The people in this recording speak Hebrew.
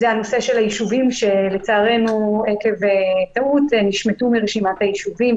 זה הנושא של היישובים שלצערנו עקב טעות נשמטו מרשימת היישובים.